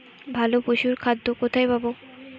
ভালো পশুর খাদ্য কোথায় পাবো?